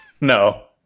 No